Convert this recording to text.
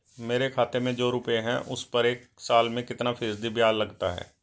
मेरे खाते में जो रुपये हैं उस पर एक साल में कितना फ़ीसदी ब्याज लगता है?